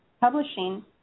publishing